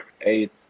eight